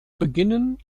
beginnen